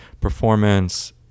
performance